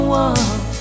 one